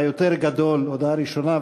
היותר גדול הודעה ראשונה,